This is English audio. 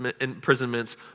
imprisonments